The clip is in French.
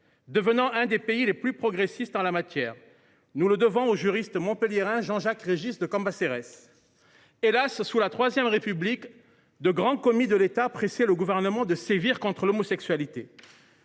devenant l’un des pays les plus progressistes en la matière. Nous le devons au juriste montpelliérain Jean Jacques Régis de Cambacérès. Hélas, sous la III République, de grands commis de l’État pressèrent le gouvernement de sévir contre l’homosexualité,